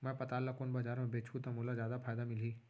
मैं पताल ल कोन बजार म बेचहुँ त मोला जादा फायदा मिलही?